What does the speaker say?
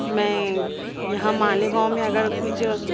میں یہاں مالیگاؤں میں اگر کچھ